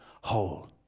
whole